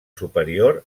superior